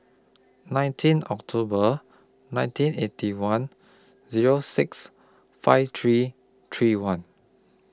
nineteen October nineteen Eighty One Zero six five three three one